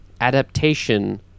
adaptation